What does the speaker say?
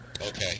Okay